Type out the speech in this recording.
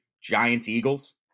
Giants-Eagles